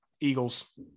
Eagles